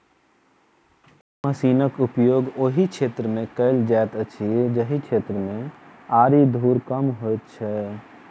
एहि मशीनक उपयोग ओहि क्षेत्र मे कयल जाइत अछि जाहि क्षेत्र मे आरि धूर कम होइत छै